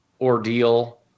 ordeal